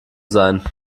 sein